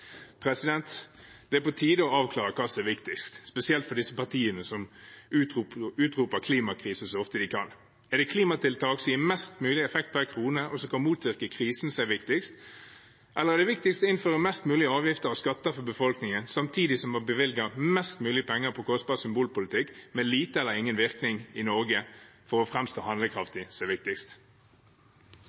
Det er på tide å avklare hva som er viktigst, spesielt for disse partiene som utroper klimakrise så ofte de kan. Er det klimatiltak som gir mest mulig effekt per krone, og som kan motvirke krisen, som er viktigst? Eller er det viktigst å innføre mest mulig avgifter og skatter for befolkningen samtidig som man bevilger mest mulig penger til kostbar symbolpolitikk med liten eller ingen virkning i Norge, for å framstå som handlekraftig.